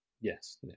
Yes